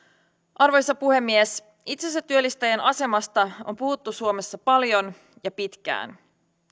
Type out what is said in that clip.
arvoisa puhemies itsensätyöllistäjien asemasta on puhuttu suomessa paljon ja pitkään